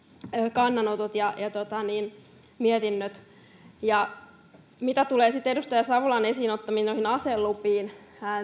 kannanotot ja mietinnöt mitä tulee edustaja savolan esiin ottamiin aselupiin